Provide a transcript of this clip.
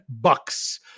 bucks